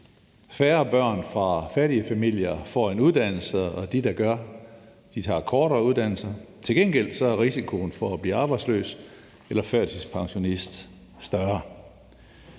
Færre børn fra fattige familier får en uddannelse, og de, der gør, tager kortere uddannelser. Til gengæld er risikoen for at blive arbejdsløs eller førtidspensionist større.